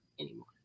anymore